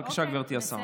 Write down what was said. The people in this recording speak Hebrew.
בבקשה, גברתי השרה.